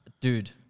Dude